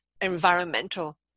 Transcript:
environmental